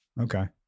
Okay